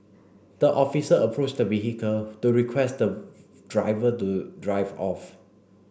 the officer approached the vehicle to request the driver to drive off